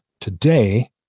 today